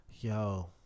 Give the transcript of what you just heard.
Yo